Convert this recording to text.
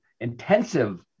intensive